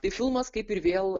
tai filmas kaip ir vėl